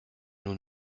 nous